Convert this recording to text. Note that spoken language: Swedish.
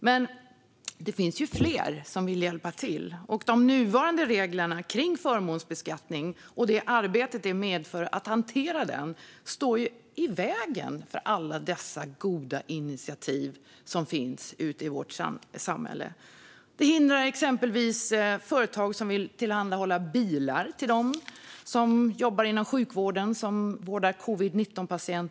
Men det finns fler som vill hjälpa till, och de nuvarande reglerna för förmånsbeskattning och det arbete det medför att hantera dem står i vägen för alla de goda initiativen i vårt samhälle. Det hindrar exempelvis företag som vill tillhandahålla bilar till dem som jobbar inom sjukvården och vårdar covid-19-patienter.